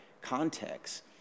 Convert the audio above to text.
context